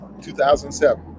2007